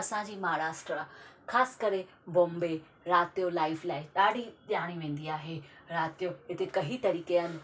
असांजी महाराष्ट्रा ख़ासि करे बॉम्बे राति इयो लाइफ लाइ ॾाढी ॼाणी वेंदी आहे रात जो हिते कई तरीक़े जा